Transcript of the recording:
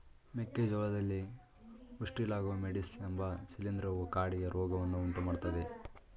ಮೆಕ್ಕೆ ಜೋಳದಲ್ಲಿ Ustilago maydis ಎಂಬ ಶಿಲೀಂಧ್ರವು ಕಾಡಿಗೆ ರೋಗವನ್ನು ಉಂಟುಮಾಡ್ತದೆ